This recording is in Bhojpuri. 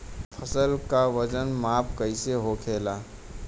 फसल का वजन माप कैसे होखेला?